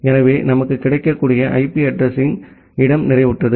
எனவே நமக்கு கிடைக்கக்கூடிய ஐபி அட்ரஸிங் இடம் நிறைவுற்றது